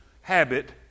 habit